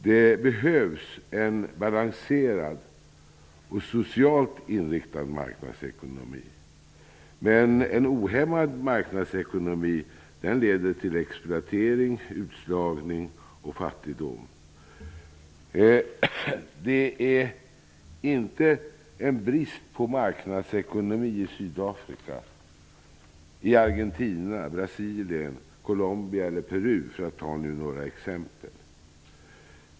Det behövs en balanserad och socialt inriktad marknadsekonomi. Men en ohämmad marknadsekonomi leder till exploatering, utslagning och fattigdom. Det råder inte brist på marknadsekonomi i Sydafrika, i Argentina, i Brasilien, i Colombia eller i Peru -- för att ta några exempel.